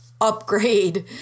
upgrade